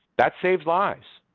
that saves lives.